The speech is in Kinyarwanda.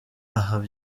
aha